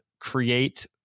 create